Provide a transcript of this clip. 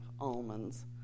almonds